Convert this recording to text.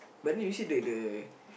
but then you see that the